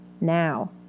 now